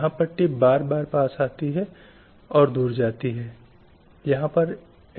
इसीलिए 1967 में महिलाओं के खिलाफ भेदभाव को समाप्त करने की घोषणा की गई थी